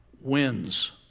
wins